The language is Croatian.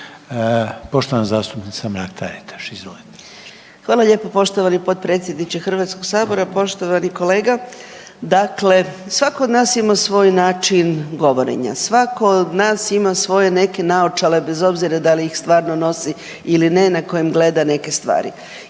izvolite. **Mrak-Taritaš, Anka (GLAS)** Hvala lijepo poštovani potpredsjedniče HS-a. Poštovani kolega. Dakle, svako od nas ima svoj način govorenja, svako od nas ima svoje neke naočale bez obzira da li ih stvarno nosi ili na kojem gleda neke stvari.